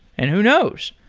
and who knows,